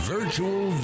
Virtual